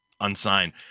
unsigned